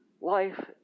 life